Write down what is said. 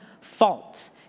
fault